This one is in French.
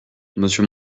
monsieur